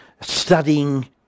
studying